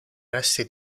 resti